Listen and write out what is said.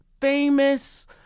famous